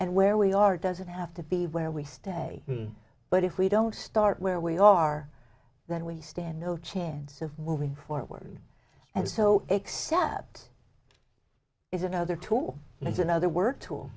and where we are doesn't have to be where we stay but if we don't start where we are then we stand no chance of moving forward and so except is another tool and it's another work tool